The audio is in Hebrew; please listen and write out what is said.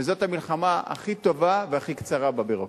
וזאת המלחמה הכי טובה והכי קצרה בביורוקרטיה.